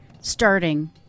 starting